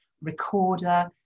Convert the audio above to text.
recorder